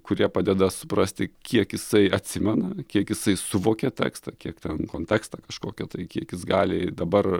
kurie padeda suprasti kiek jisai atsimena kiek jisai suvokė tekstą kiek ten kontekstą kažkokio tai kiekis gali dabar